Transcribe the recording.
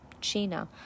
China